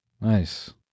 Nice